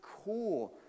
core